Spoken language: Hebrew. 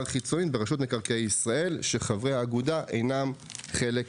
חיצונית ברשות מקרקעי ישראל שחברי האגודה אינם חלק ממנה.